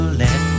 let